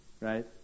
Right